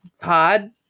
pod